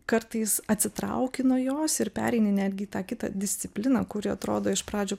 kartais atsitrauki nuo jos ir pereini netgi į tą kitą discipliną kuri atrodo iš pradžių